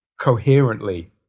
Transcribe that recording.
coherently